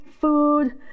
food